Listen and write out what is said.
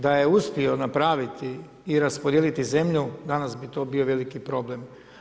Da je uspio napraviti i raspodijeliti zemlju danas bi to bio veliki problem.